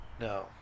No